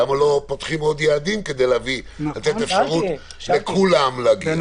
למה לא פותחים עוד יעדים כדי לתת אפשרות לכולם להגיע?